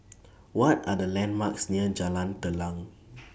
What Are The landmarks near Jalan Telang